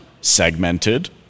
segmented